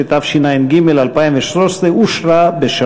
15), התשע"ג 2013, נתקבל.